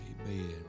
Amen